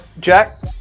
Jack